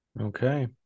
okay